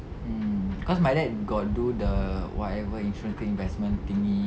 mm cause my dad got do the whatever insurance thing investment thingy